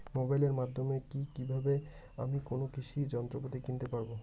মোবাইলের মাধ্যমে কীভাবে আমি কোনো কৃষি যন্ত্রপাতি কিনতে পারবো?